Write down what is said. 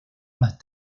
más